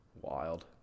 Wild